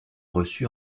reçus